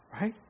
Right